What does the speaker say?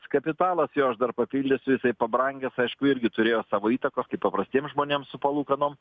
kapitalas jo aš dar papildysiu jisai pabrangęs aišku irgi turėjo savo įtakos kaip paprastiem žmonėm su palūkanom